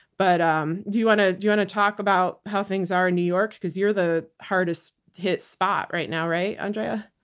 but um do you want to and talk about how things are in new york because you're the hardest hit spot right now, right, andrea?